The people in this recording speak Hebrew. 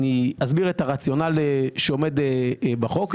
אני אסביר את הרציונל שעומד בחוק.